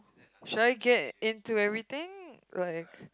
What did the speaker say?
should I get into everything like